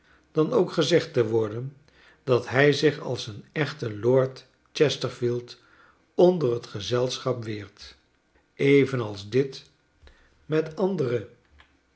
dan ook gezegd te worden dat hij zich als een echte lord chesterfield onder t gezelschap weert evenals dit met andere